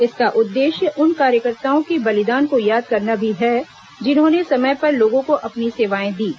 इसका उद्देश्य उन कार्यकर्ताओं के बलिदान को याद करना भी है जिन्होंने समय पर लोगों को अपनी सेवाएं दीं